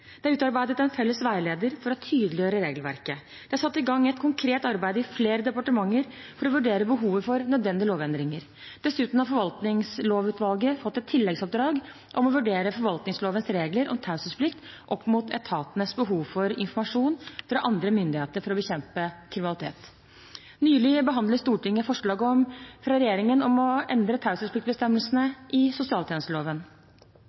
Det er utarbeidet en felles veileder for å tydeliggjøre regelverket. Det er satt i gang et konkret arbeid i flere departementer for å vurdere behovet for nødvendige lovendringer. Dessuten har Forvaltningslovutvalget fått et tilleggsoppdrag om å vurdere forvaltningslovens regler om taushetsplikt opp mot etatenes behov for informasjon fra andre myndigheter for å bekjempe kriminalitet. Nylig behandlet Stortinget et forslag fra regjeringen om å endre